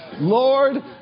Lord